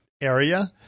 area